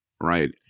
right